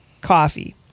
coffee